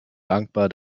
dankbar